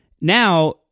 now